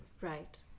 Right